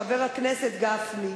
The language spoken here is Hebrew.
חבר הכנסת גפני.